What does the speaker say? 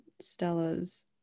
Stella's